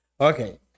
Okay